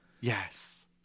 Yes